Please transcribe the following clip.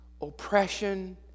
oppression